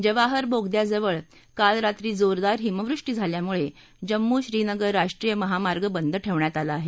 जवाहर बोगद्याजवळ काल रात्री जोरदार हिमवृष्टी झाल्यामुळे जम्मू श्रीनगर राष्ट्रीय महामार्ग बंद ठेवण्यात आला आहे